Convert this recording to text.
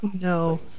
no